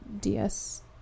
DS